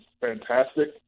fantastic